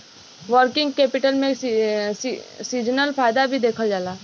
working capital में seasonal फायदा भी देखल जाला